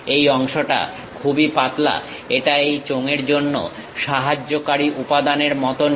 এই অংশটা খুবই পাতলা এটা এই চোঙের জন্য সাহায্যকারী উপাদানের মতনই